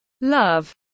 love